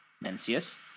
Mencius